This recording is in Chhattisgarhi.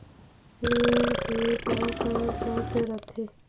ऋण के का का शर्त रथे?